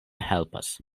helpas